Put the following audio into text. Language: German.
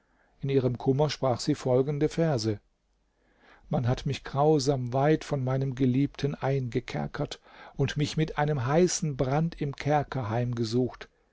in ihrem kummer sprach sie folgende verse man hat mich grausam weit von meinem geliebten eingekerkert und mich mit einem heißen brand im kerker heimgesucht